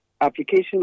application